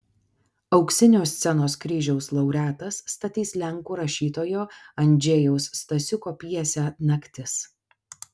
auksinio scenos kryžiaus laureatas statys lenkų rašytojo andžejaus stasiuko pjesę naktis